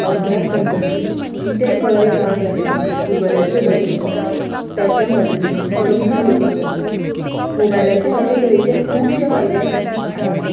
अभ्यास संदर्भीत कितेंय कळ्ळें ना जाल्यार गुगलाचेर वचून ताच्या मदतीन समजून घेवपाक जाता मोबायलाचे अशे तरेचे खुबशे फायदे आसात